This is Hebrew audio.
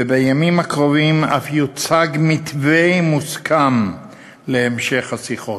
ובימים הקרובים אף יוצג מתווה מוסכם להמשך השיחות.